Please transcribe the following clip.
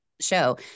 show